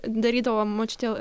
darydavo močiutė